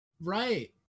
Right